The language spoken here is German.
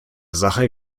sache